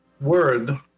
word